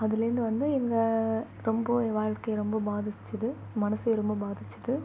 அதுலேருந்து வந்து எங்கள் ரொம்ப என் வாழ்க்கை வந்து பாதிச்சது மனசு ரொம்ப பாதிச்சது